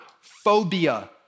phobia